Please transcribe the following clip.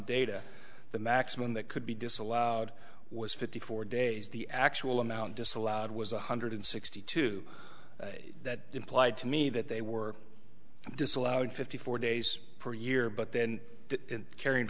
data the maximum that could be disallowed was fifty four days the actual amount disallowed was one hundred sixty two that implied to me that they were disallowed fifty four days per year but then carr